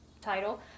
title